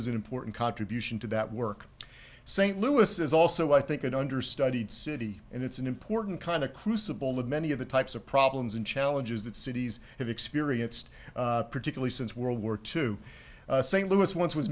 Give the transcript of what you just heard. is an important contribution to that work st louis is also i think an understudied city and it's an important kind of crucible of many of the types of problems and challenges that cities have experienced particularly since world war two st louis once was